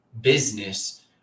business